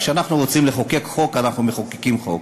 כשאנחנו רוצים לחוקק חוק אנחנו מחוקקים חוק.